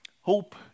Hope